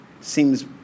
seems